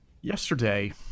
Yesterday